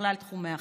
בכלל תחומי החיים,